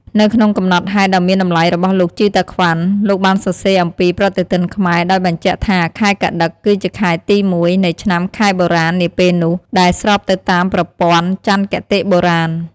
នៅក្នុងកំណត់ហេតុដ៏មានតម្លៃរបស់លោក ជីវ តាក្វាន់ លោកបានសរសេរអំពីប្រតិទិនខ្មែរ ដោយបញ្ជាក់ថា ខែកត្តិក គឺជាខែទី ១ នៃឆ្នាំខ្មែរបុរាណនាពេលនោះ ដែលស្របទៅតាមប្រព័ន្ធចន្ទគតិបុរាណ។